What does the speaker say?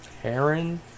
Heron